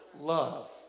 Love